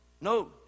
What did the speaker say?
No